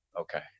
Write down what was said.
Okay